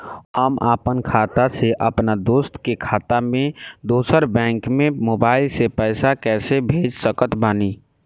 हम आपन खाता से अपना दोस्त के खाता मे दोसर बैंक मे मोबाइल से पैसा कैसे भेज सकत बानी?